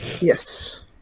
Yes